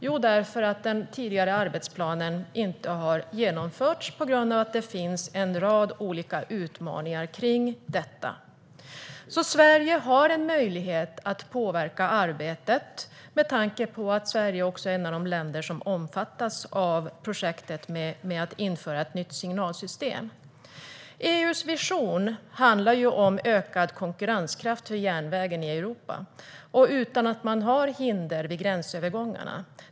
Jo, därför att den tidigare arbetsplanen inte har genomförts på grund av att det finns en rad olika utmaningar kring detta. Sverige har alltså möjlighet att påverka arbetet med tanke på att Sverige är ett av de länder som omfattas av projektet med att införa ett nytt signalsystem. EU:s vision handlar om ökad konkurrenskraft för järnvägen i Europa utan hinder vid gränsövergångarna.